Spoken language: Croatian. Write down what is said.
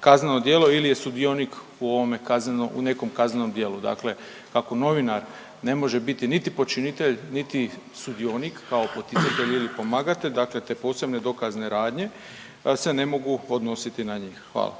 kazneno djelo ili je sudionik u ovome kazne… u nekom kaznenom djelu. Dakle, ako novinar ne može biti niti počinitelj niti sudionik kao poticatelj ili pomagatelj, dakle te posebne dokazne radnje se mogu odnositi na njih. Hvala.